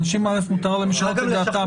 לאנשים מותר לשנות את דעתם.